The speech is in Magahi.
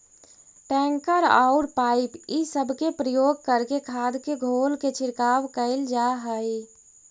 टैंकर औउर पाइप इ सब के प्रयोग करके खाद के घोल के छिड़काव कईल जा हई